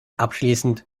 abschließend